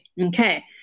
Okay